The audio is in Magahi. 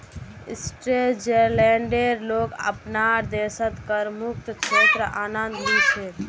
स्विट्जरलैंडेर लोग अपनार देशत करमुक्त क्षेत्रेर आनंद ली छेक